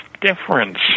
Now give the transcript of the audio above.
difference